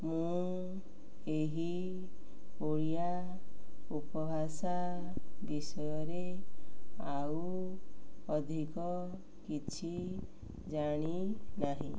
ମୁଁ ଏହି ଓଡ଼ିଆ ଉପଭାଷା ବିଷୟରେ ଆଉ ଅଧିକ କିଛି ଜାଣିନାହିଁ